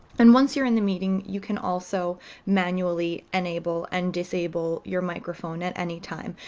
and once you're in the meeting, you can also manually enable and disable your microphone at any time.